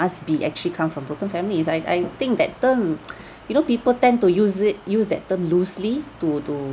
must be actually come from broken families I I think that term you know people tend to use it use that term loosely to